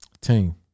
Team